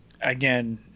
Again